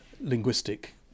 linguistic